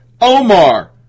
Omar